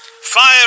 Fire